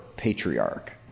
patriarch